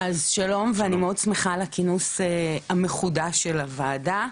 אז שלום ואני מאוד שמחה על הכינוס המחודש של הוועדה.